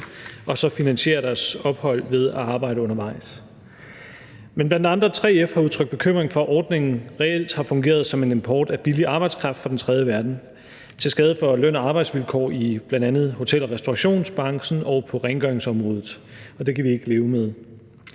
for finansiere deres ophold ved at arbejde undervejs. Men blandt andre 3F har udtrykt bekymring for, at ordningen reelt har fungeret som en import af billig arbejdskraft fra den tredje verden til skade for løn- og arbejdsvilkår i bl.a. hotel- og restaurationsbranchen og på rengøringsområdet, og det kan vi ikke leve med.